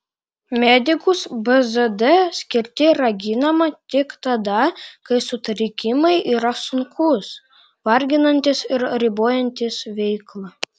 medikus bzd skirti raginama tik tada kai sutrikimai yra sunkūs varginantys ir ribojantys veiklą